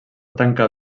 tancar